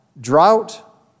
Drought